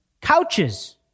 couches